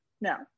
no